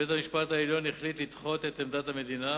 בית-המשפט העליון החליט לדחות את עמדת המדינה,